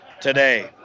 today